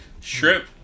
shrimp